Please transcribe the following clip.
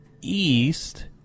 east